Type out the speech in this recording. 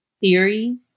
theory